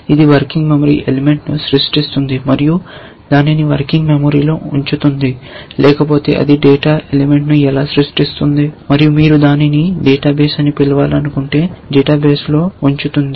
ఇది working memory ఎలిమెంట్ను సృష్టిస్తుంది మరియు దానిని వర్కింగ్ మెమరీలో ఉంచుతుంది లేకపోతే అది డేటా ఎలిమెంట్ను ఎలా సృష్టిస్తుంది మరియు మీరు దానిని డేటాబేస్ అని పిలవాలనుకుంటే డేటాబేస్లో ఉంచుతుంది